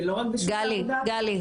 ולא רק בשוק העבודה --- גלי,